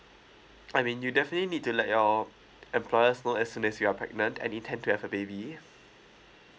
I mean you definitely need to let your employer know as soon as you're pregnant and intend to have a baby